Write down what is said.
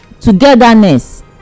togetherness